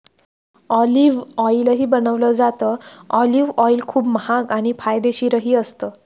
olive ऑईलही बनवलं जातं, ऑलिव्ह ऑईल खूप महाग आणि फायदेशीरही असतं